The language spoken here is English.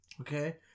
Okay